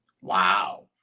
Wow